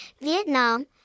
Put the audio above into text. Vietnam